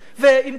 ועם כל הכבוד,